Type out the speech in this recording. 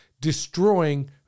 destroying